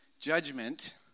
judgment